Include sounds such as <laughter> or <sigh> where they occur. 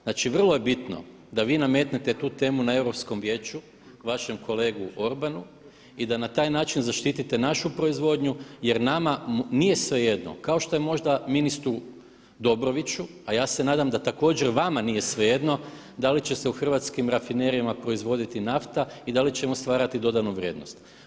Znači vrlo je bitno da vi nametnete tu temu na Europskom vijeću vašem kolegu Orbanu i da na taj način zaštitite našu proizvodnju jer nama nije svejedno kao što je možda ministru Dobroviću a ja se nadam da također vama nije svejedno da li će se u hrvatskim rafinerijama proizvoditi nafta i da li … <unintelligible> stvarati dodanu vrijednost.